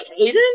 Caden